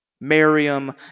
Miriam